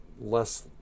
less